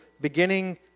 Beginning